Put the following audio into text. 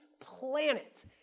planet